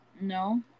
no